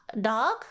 dog